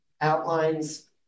outlines